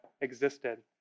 existed